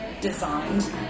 designed